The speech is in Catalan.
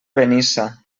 benissa